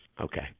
Okay